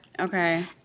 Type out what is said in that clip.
Okay